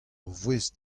voest